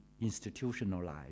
institutionalized